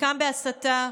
חלקם בהסתה,